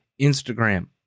Instagram